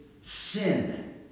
sin